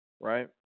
right